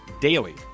daily